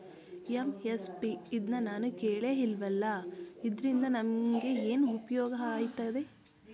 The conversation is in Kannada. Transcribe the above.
ಎಂ.ಎಸ್.ಪಿ ಇದ್ನನಾನು ಕೇಳೆ ಇಲ್ವಲ್ಲ? ಇದ್ರಿಂದ ನಮ್ಗೆ ಏನ್ಉಪ್ಯೋಗ ಆಯ್ತದೆ?